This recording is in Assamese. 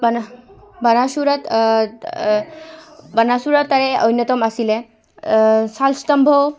বাণাসুৰত বাণাসুৰত তাৰে অন্যতম আছিলে শালস্তম্ভও